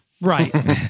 Right